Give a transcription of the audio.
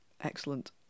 Excellent